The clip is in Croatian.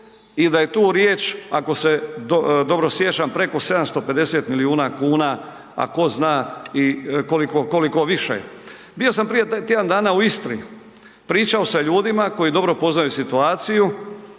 i da je tu riječ, ako se dobro sjećam preko 750 miliona kuna, a tko zna i koliko više. Bio sam prije tjedan dana u Istri. Pričao sa ljudima koji dobro poznaju situaciju